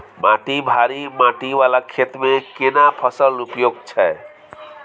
माटी भारी माटी वाला खेत में केना फसल उपयुक्त छैय?